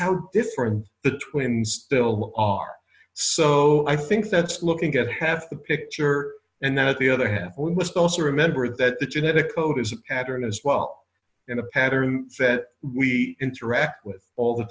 how different the twins still are so i think that's looking at half the picture and then at the other hand we must also remember that the genetic code is a pattern as well in a pattern that we interact with all the